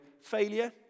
failure